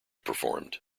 performed